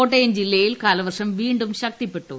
കോട്ടയം ജില്ലയിൽ കാലവർഷം വീണ്ടും ശക്തിപ്പെട്ടു